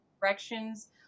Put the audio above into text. directions